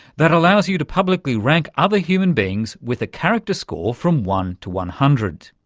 that allows you to publicly rank other human beings with a character score from one to one hundred.